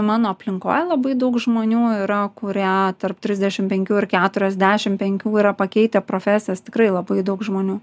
mano aplinkoje labai daug žmonių yra kurie tarp trisdešim penkių ir keturiasdešim penkių yra pakeitę profesijas tikrai labai daug žmonių